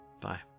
Bye